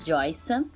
Joyce